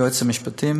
היועצים המשפטיים: